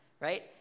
right